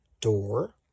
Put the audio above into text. door